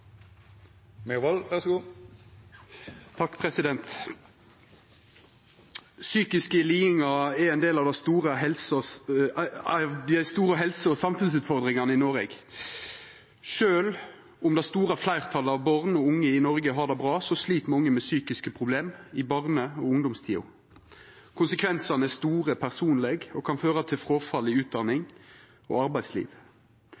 Psykiske lidingar er av dei store helse- og samfunnsutfordringane i Noreg. Sjølv om det store fleirtalet av barn og unge i Noreg har det bra, slit mange med psykiske problem i barne- og ungdomstida. Dei personlege konsekvensane er store og kan føra til fråfall i